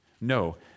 No